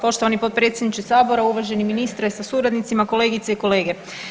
Poštovani potpredsjedniče Sabora, uvaženi ministre sa suradnicima, kolegice i kolege.